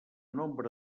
nombre